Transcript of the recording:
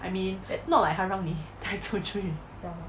I mean it's not like 他让你开出去